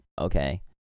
okay